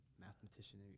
mathematician